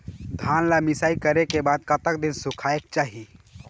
धान ला मिसाई करे के बाद कतक दिन सुखायेक चाही?